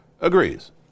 agrees